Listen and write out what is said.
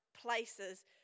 places